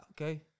okay